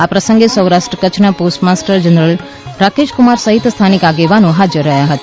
આ પ્રસંગે સૌરાષ્ટ્ર કચ્છના post master general Rakesh Kumar સહિત સ્થાનિક આગેવાનો હાજર રહ્યા હતા